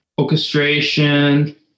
orchestration